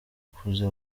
akuze